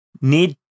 need